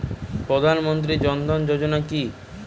প্রধান মন্ত্রী জন ধন যোজনা কি?